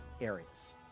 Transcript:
areas